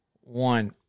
one